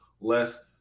less